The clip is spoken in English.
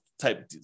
type